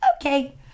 Okay